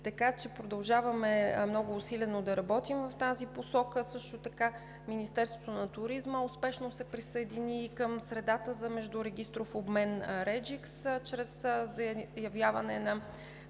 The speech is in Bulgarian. в София. Продължаваме много усилено да работим в тази посока. Също така Министерството на туризма успешно се присъедини и към средата за междурегистров обмен RegiX чрез заявяване на